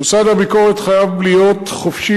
מוסד הביקורת חייב להיות חופשי,